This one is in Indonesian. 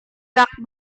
rak